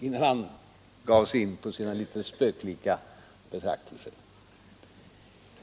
innan han gav sig in på sina litet spöklika betraktelser.